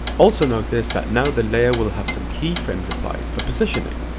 also notice that now the layer will have some keyframes applied for positioning.